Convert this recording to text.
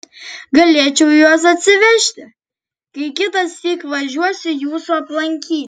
galėčiau juos atsivežti kai kitąsyk važiuosiu jūsų aplankyti